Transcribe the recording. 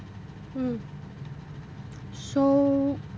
mm so